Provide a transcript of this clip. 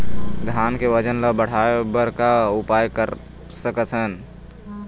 धान के वजन ला बढ़ाएं बर का उपाय कर सकथन?